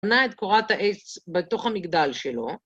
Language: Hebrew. ‫בנה את קורת העץ בתוך המגדל שלו.